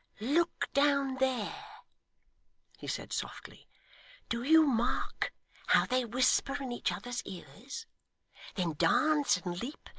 look down there he said softly do you mark how they whisper in each other's ears then dance and leap,